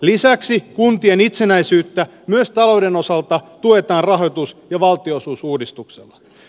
lisäksi kuntien itsenäisyyttä myös talouden osalta tuetaan rahoitus ja valtionosuusuudistuksella